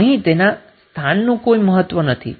અહીં તેના સ્થાનનું કોઈ મહત્વ નથી